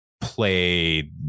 play